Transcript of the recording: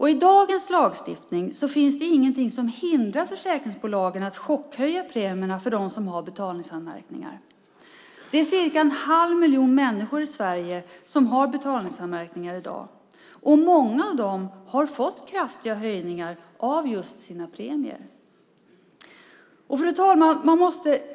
I dagens lagstiftning finns det ingenting som hindrar försäkringsbolagen att chockhöja premierna för dem som har betalningsanmärkningar. Cirka en halv miljon människor i Sverige har i dag betalningsanmärkningar. Många av dessa har fått kraftiga höjningar av sina premier. Fru talman!